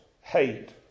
Hate